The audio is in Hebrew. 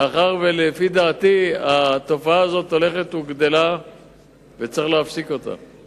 מאחר שלפי דעתי התופעה הזאת הולכת וגדלה וצריך להפסיק אותה.